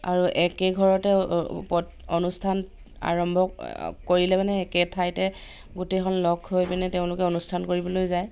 আৰু একে ঘৰতে অনুষ্ঠান আৰম্ভ কৰিলে মানে একে ঠাইতে গোটেইখন লগ হৈ পিনে তেওঁলোকে অনুষ্ঠান কৰিবলৈ যায়